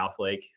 Southlake